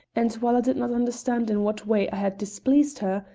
and while i did not understand in what way i had displeased her,